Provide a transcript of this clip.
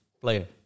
player